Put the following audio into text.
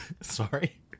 sorry